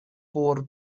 por